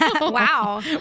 Wow